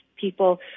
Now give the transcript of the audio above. people